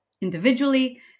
individually